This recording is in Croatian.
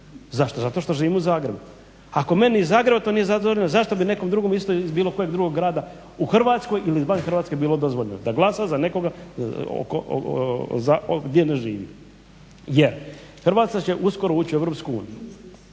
Zašto? Zato što živim u Zagrebu. Ako meni iz Zagreba ako nije zadovoljan zašto bi nekom drugom isto iz bilo kojeg drugog grada u Hrvatskoj ili van Hrvatske bilo dozvoljeno da glasa za nekoga gdje ne živi. Jer Hrvatska će uskoro ući u Europsku uniju.